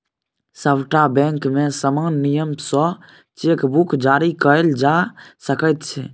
सभटा बैंकमे समान नियम सँ चेक बुक जारी कएल जा सकैत छै